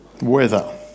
weather